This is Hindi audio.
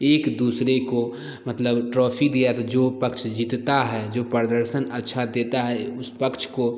एक दूसरे को मतलब ट्रॉफ़ी दिया तो जो पक्ष जीतता है जो प्रदर्शन अच्छा देता है उस पक्ष को